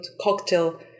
cocktail